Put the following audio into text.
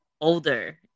older